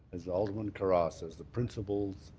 as alderman carra says, the principle the